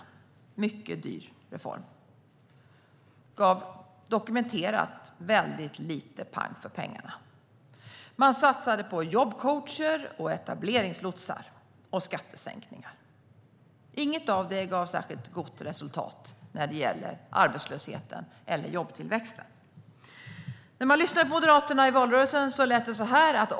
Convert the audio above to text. Det var en mycket dyr reform som gav väldigt lite pang för pengarna, vilket är dokumenterat. Man satsade på jobbcoacher, etableringslotsar och skattesänkningar. Inget av detta gav särskilt gott resultat beträffande arbetslösheten eller jobbtillväxten. Låt oss också dra oss till minnes hur det lät på Moderaterna i valrörelsen.